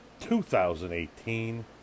2018